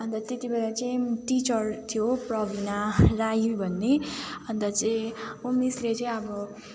अन्त त्यतिबेर चाहिँ टिचर थियो प्रविणा राई भन्ने अन्त चाहिँ ऊ मिसले चाहिँ अब